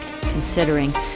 considering